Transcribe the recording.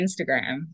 Instagram